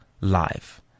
life